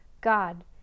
God